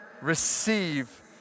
receive